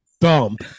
dump